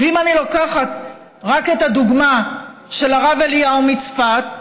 ואני לוקחת רק את הדוגמה של הרב אליהו מצפת,